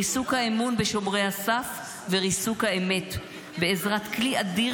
ריסוק האמון בשומרי הסף וריסוק האמת בעזרת כלי אדיר